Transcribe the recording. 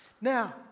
Now